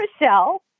Michelle